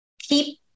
keep